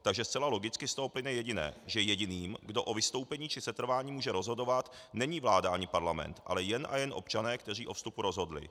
Takže zcela logicky z toho plyne jediné, že jediným, kdo o vystoupení či setrvání může rozhodovat, není vláda ani Parlament, ale jen a jen občané, kteří o vstupu rozhodli.